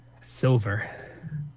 Silver